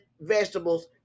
vegetables